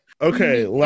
okay